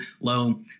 low